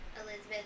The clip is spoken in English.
elizabeth